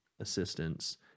assistance